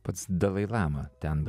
pats dalai lama ten